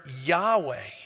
Yahweh